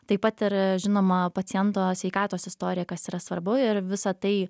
taip pat ir žinoma paciento sveikatos istoriją kas yra svarbu ir visa tai